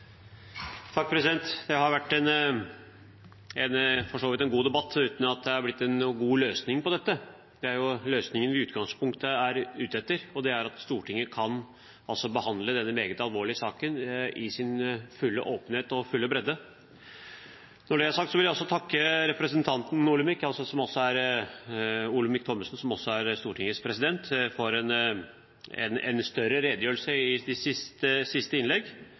har for så vidt vært en god debatt, uten at det har blitt noen god løsning på dette. Det er jo løsningen vi i utgangspunktet er ute etter, og det er at Stortinget kan behandle denne meget alvorlige saken i full åpenhet og full bredde. Når det er sagt, vil jeg takke representanten Olemic Thommessen, som også er Stortingets president, for en større redegjørelse i sitt siste innlegg.